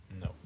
no